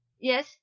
Yes